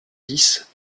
dix